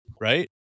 right